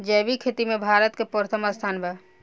जैविक खेती में भारत के प्रथम स्थान बा